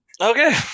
Okay